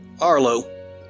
Arlo